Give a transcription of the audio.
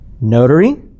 Notary